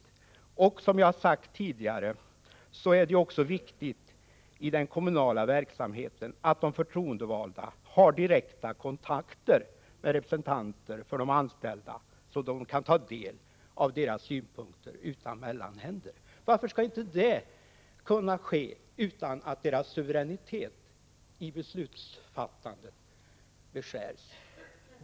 Som jag har sagt tidigare är det också viktigt i den kommunala verksamheten att de förtroendevalda har direkta kontakter med representanter för de anställda, så att de kan ta del av deras synpunkter utan mellanhänder. Varför skall inte det kunna ske utan att deras suveränitet i beslutsfattandet beskärs?